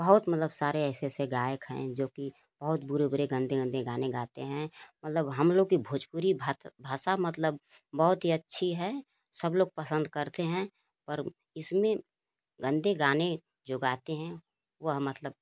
बहुत मतलब सारे ऐसे ऐसे गायक हैं जो कि बहुत बुरे बुरे गंदे गंदे गाने गाते हैं मतलब हम लोग की भोजपुरी भात भाषा मतलब बहुत ही अच्छी है सब लोग पसंद करते हैं पर इसमें गंदे गाने जो गाते हैं वह मतलब